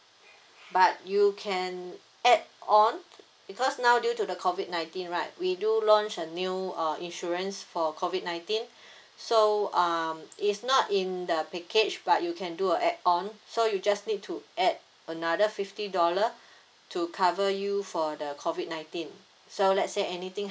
but you can add on because now due to the COVID nineteen right we do launch a new uh insurance for COVID nineteen so um it's not in the package but you can do a add on so you just need to add another fifty dollar to cover you for the COVID nineteen so let's say anything